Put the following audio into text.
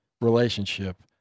relationship